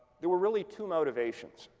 there were really two motivations,